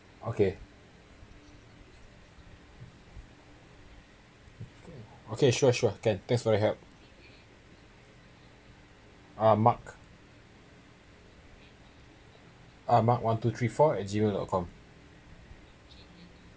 okay okay sure sure can thanks for the help uh mark uh mark one two three four at gmail dot com